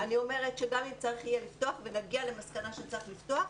ואני אומרת שגם אם יהיה צריך לפתוח ונגיע למסקנה שצריך לפתוח,